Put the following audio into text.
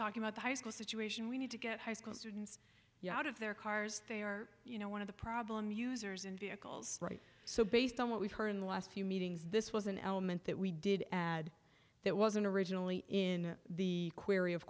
talking about the high school situation we need to get high school students you out of their cars they are you know one of the problem users in vehicles right so based on what we've heard in the last few meetings this was an element that we did add that wasn't originally in the query of